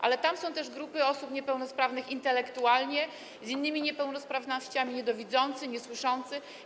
Ale tam są też grupy osób niepełnosprawnych intelektualnie, z innymi niepełnosprawnościami, niedowidzących, niesłyszących.